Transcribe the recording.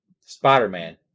Spider-Man